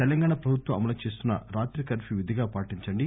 తెలంగాణ ప్రభుత్వం అమలుచేస్తున్న రాత్రి కర్ప్యూ విధిగా పాటించండి